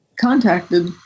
contacted